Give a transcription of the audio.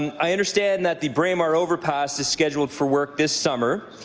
and i understand that the braemar overpass is scheduled for work this summer.